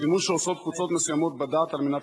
השימוש שעושות קבוצות מסוימות בדת על מנת